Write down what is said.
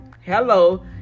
Hello